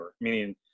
meaning